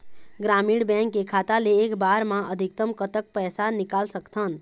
ग्रामीण बैंक के खाता ले एक बार मा अधिकतम कतक पैसा निकाल सकथन?